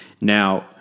Now